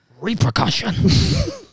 Repercussion